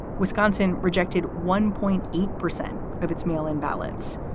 wisconsin rejected one point eight percent of its mail in ballots.